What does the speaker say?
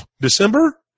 December